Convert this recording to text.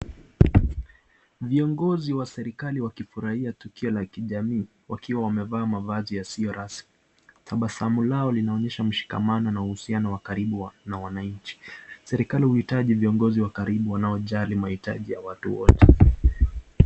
Viongozi wa serikali wakifurahiya tukio la kijamii wakiwa wamevaa mavasi yasiyo rasmi, tabasamu lao linaonyesha mshikamano na uhusiano wakaribu na wananchi serikali uhitaji viongozi wa karibu wanaojali mahitaji ya watu wote.